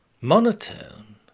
Monotone